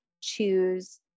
choose